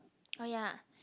oh yeah